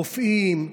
רופאים,